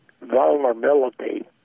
vulnerability